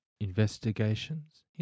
investigations